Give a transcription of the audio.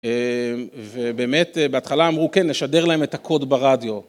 ובאמת בהתחלה אמרו כן, נשדר להם את הקוד ברדיו.